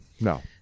no